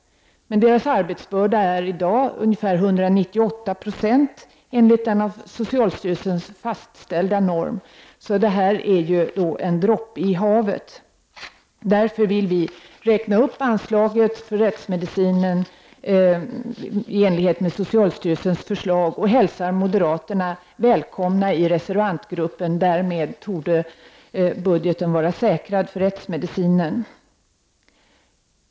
Deras arbetsbörda motsvarar dock för närvarande ungefär 198 96 av den av socialstyrelsen fastställda normen, så detta är bara som en droppe i havet. Vi vill därför räkna upp anslaget till rättsmedicinen i enlighet med socialstyrelsens förslag och hälsar moderaterna välkomna i reservantgruppen. Därmed torde budgeten för den rättsmedicinska verksamheten vara säkrad.